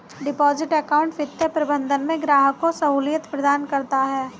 deposit account वित्तीय प्रबंधन में ग्राहक को सहूलियत प्रदान करता है